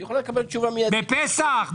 בפסח?